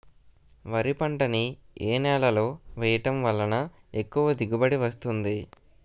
వరి పంట ని ఏ నేలలో వేయటం వలన ఎక్కువ దిగుబడి వస్తుంది?